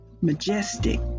majestic